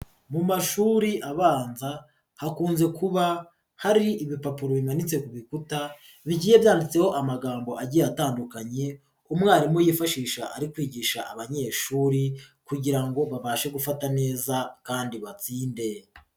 Mu mashuri abanza hakunze kuba hari ibipapuro bimanitse ku bikuta bigiye byanditseho amagambo agiye atandukanye umwarimu yifashisha ari kwigisha abanyeshuri kugira ngo babashe gufata neza kandi batsinde.